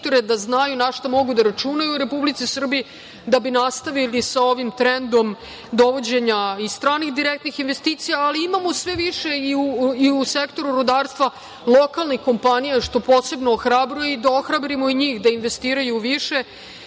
da znaju zašto mogu da računaju u Republici Srbiji, da bi nastavili sa ovim trendom dovođenja i stranih direktnih investicija, ali imamo sve više i sektoru rudarstva lokalnih kompanija, što posebno ohrabruje i da ohrabrimo i njih da investiraju